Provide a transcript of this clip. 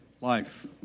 life